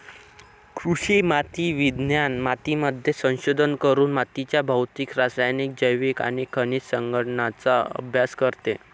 कृषी माती विज्ञान मातीमध्ये संशोधन करून मातीच्या भौतिक, रासायनिक, जैविक आणि खनिज संघटनाचा अभ्यास करते